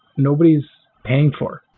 nobody is paying for.